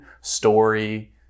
story